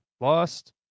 lost